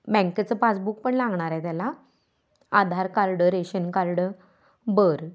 बँकेचं पासबुक पण लागणार आहे त्याला आधार कार्ड रेशन कार्ड बर